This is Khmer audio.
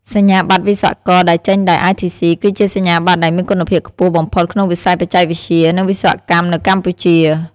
សញ្ញាបត្រវិស្វករដែលចេញដោយ ITC គឺជាសញ្ញាបត្រដែលមានគុណភាពខ្ពស់បំផុតក្នុងវិស័យបច្ចេកវិទ្យា និងវិស្វកម្មនៅកម្ពុជា។